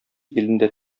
илендә